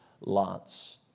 lots